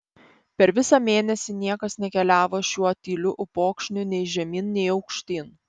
per visą mėnesį niekas nekeliavo šiuo tyliu upokšniu nei žemyn nei aukštyn